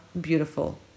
beautiful